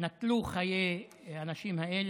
פשע נורא.